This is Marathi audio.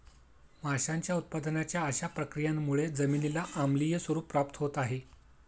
माशांच्या उत्पादनाच्या अशा प्रक्रियांमुळे जमिनीला आम्लीय स्वरूप प्राप्त होत आहे